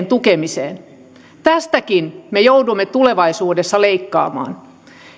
tukemiseen tästäkin me joudumme tulevaisuudessa leikkaamaan